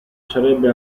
sarebbe